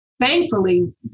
Thankfully